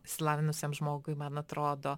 išsilavinusiam žmogui man atrodo